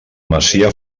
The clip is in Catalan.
masia